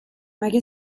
مگه